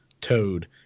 Toad